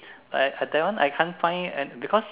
uh that one I can't find and because